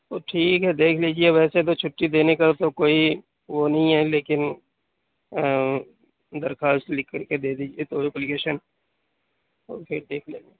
تو ٹھیک ہے دیکھ لیجیے ویسے تو چُھٹی دینے کا تو کوئی وہ نہیں ہے لیکن درخواست لِکھ کر کے دے دیجیے تو ایک اپلیکیشن اوکے دیکھ لینا